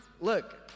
Look